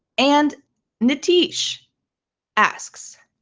and niteesh asks,